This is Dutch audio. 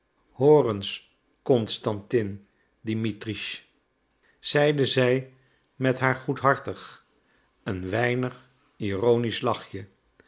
eens constantin dimitritsch zeide zij met haar goedhartig een weinig ironisch lachje